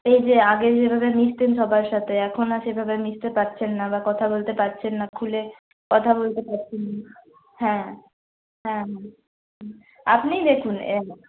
এই যে আগে যে ভাবে মিশতেন সবার সাথে এখন আর সেভাবে মিশতে পারছেন না বা কথা বলতে পারছেন না খুলে কথা বলতে পারছেন না হ্যাঁ হ্যাঁ আপনিই দেখুন